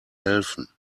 helfen